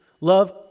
love